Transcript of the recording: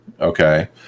okay